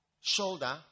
shoulder